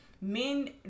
men